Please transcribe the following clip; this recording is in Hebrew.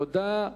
תודה.